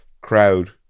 crowd